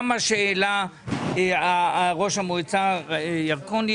גם מה שהעלה ראש המועצה ירקוני,